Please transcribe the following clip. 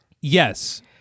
Yes